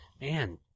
Man